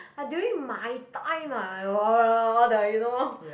uh during my time ah you know all the you know